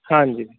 ਹਾਂਜੀ